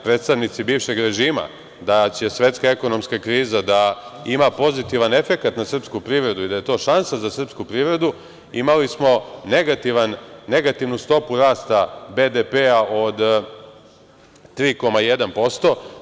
Predstavnici bivšeg režima, 2009. godine su tvrdili da će svetska ekonomska kriza imati pozitivan efekat na srpsku privredu i da je to šansa za srpsku privredu, a tada smo imali negativnu stopu rasta BDP-a od 3,1%